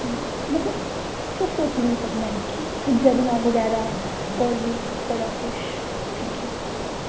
कि मतलव तुस सोची नी सकने उत्थें झरनां बगैरा बड़ा कुश थैंक्यू